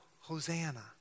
Hosanna